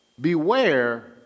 beware